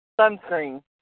Sunscreen